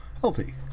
healthy